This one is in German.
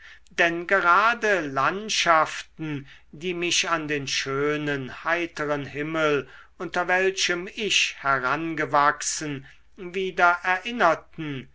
denn gerade landschaften die mich an den schönen heiteren himmel unter welchem ich herangewachsen wieder erinnerten